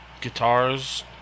guitars